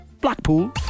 Blackpool